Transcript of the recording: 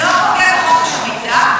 זה לא פוגע בחוק חופש המידע?